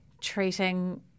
treating